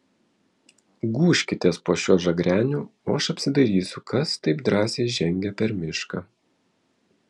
gūžkitės po šiuo žagreniu o aš apsidairysiu kas taip drąsiai žengia per mišką